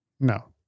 No